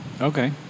okay